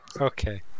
Okay